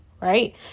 Right